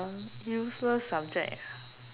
a useless subject ah